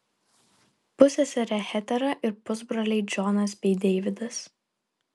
pusseserė hetera ir pusbroliai džonas bei deividas